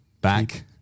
Back